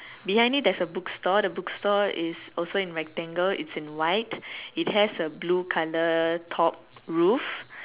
behind it there's a book store the book store is also in rectangle it's in white it has a blue colour top roof